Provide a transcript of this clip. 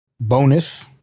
Bonus